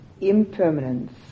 impermanence